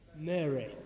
Mary